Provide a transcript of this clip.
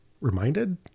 reminded